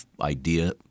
idea